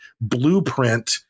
blueprint